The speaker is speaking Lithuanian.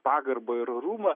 pagarbą ir orumą